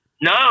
no